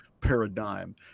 paradigm